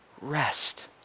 Rest